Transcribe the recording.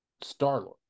Star-Lord